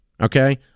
Okay